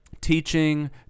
teaching